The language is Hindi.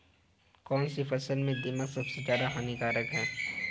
कौनसी फसल में दीमक सबसे ज्यादा हानिकारक है?